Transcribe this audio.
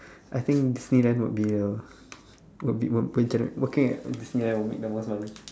I think Disneyland would be a would be would be working at Disneyland would make the most money